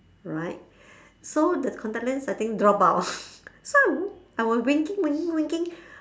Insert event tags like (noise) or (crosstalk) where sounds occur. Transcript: right so the contact lens I think drop out (laughs) so I was winking winking winking